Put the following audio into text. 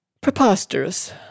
Preposterous